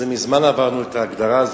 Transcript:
מזמן עברנו את ההגדרה הזאת.